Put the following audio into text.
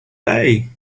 bay